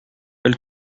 elle